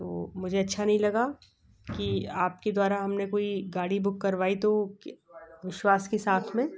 तो मुझे अच्छा नहीं लगा कि आप के द्वारा हम ने कोई गाड़ी बुक कारवाई तो विश्वास के साथ में